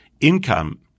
income